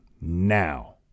Now